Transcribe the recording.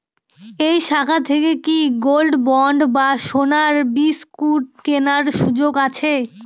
এই শাখা থেকে কি গোল্ডবন্ড বা সোনার বিসকুট কেনার সুযোগ আছে?